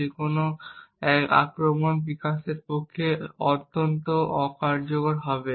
যে কোনও আক্রমণ বিকাশের পক্ষে অত্যন্ত অকার্যকর হবে